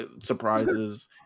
Surprises